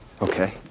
Okay